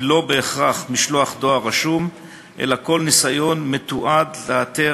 היא לא בהכרח משלוח דואר רשום אלא כל ניסיון מתועד לאתר